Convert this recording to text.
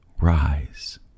rise